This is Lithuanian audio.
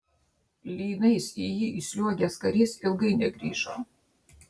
lynais į jį įsliuogęs karys ilgai negrįžo